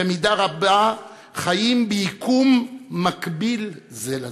במידה רבה חיים ביקום מקביל זה לזה.